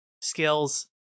skills